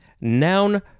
Noun